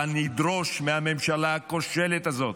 אבל נדרוש מהממשלה הכושלת הזאת,